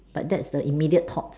but that's the immediate thought